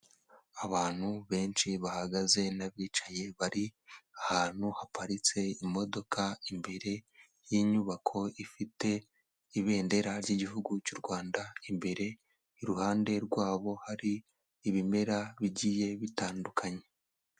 Abantu benshi bahagaze n'abicaye bari ahantu haparitse imodoka imbere y'inyubako ifite ibendera ry'igihugu cy'u Rwanda, imbere iruhande rwabo hari ibimera bigiye bitandukanye.